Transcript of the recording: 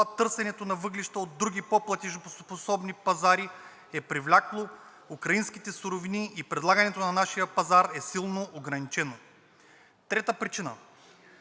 търсенето на въглища от други по-платежоспособни пазари е привлякло украинските суровини и предлагането на нашия пазар е силно ограничено. Трета причина.